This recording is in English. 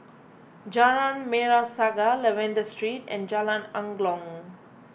Jalan Merah Saga Lavender Street and Jalan Angklong